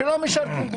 שם משרתים בצה"ל.